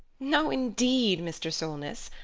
no indeed, mr. solness!